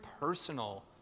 personal